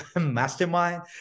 mastermind